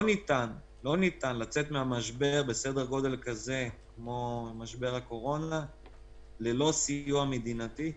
לא ניתן לצאת ממשבר בסדר גודל כזה כמו משבר הקורונה ללא סיוע מדינתי,